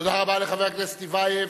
תודה רבה לחבר הכנסת טיבייב.